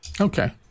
Okay